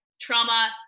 trauma